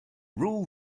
rule